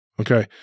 okay